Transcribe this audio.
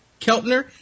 Keltner